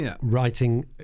writing